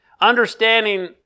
understanding